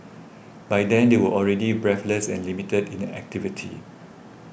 by then they will already breathless and limited in an activity